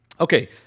Okay